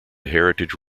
heritage